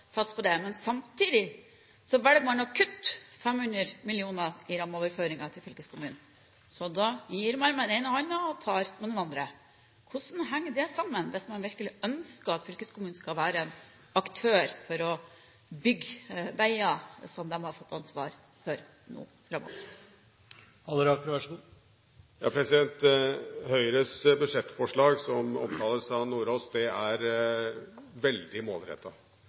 på det. Men samtidig velger man å kutte 500 mill. kr i rammeoverføringer til fylkeskommunen. Da gir man med den ene hånden og tar med den andre. Hvordan henger det sammen, hvis man virkelig ønsker at fylkeskommunen skal være aktør for å bygge veier, som de har fått ansvar for nå framover? Høyres budsjettforslag, som omtales av representanten Sjelmo Nordås, er veldig målrettet. Det er